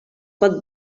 pot